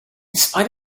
spite